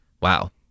Wow